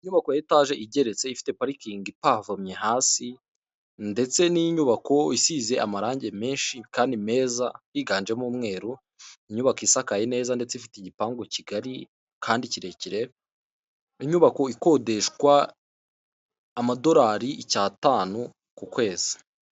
Inyubako ya etage igeretse ifite parikingi ipavomye hasi ndetse n'inyubako isize amarangi menshi kandi meza, yiganjemo umweru inyubako isakaye neza, ndetse ifite igipangu kigari kandi kirekire, inyubako ikodeshwa amadorari icy'atanu ku kwezi.